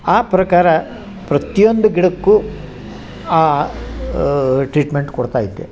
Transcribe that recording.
ಆ ಪ್ರಕಾರ ಪ್ರತ್ತಿಯೊಂದು ಗಿಡಕ್ಕು ಟ್ರೀಟ್ಮೆಂಟ್ ಕೊಡ್ತಾ ಇದ್ದೆ